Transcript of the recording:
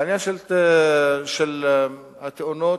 בעניין התאונות,